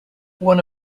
one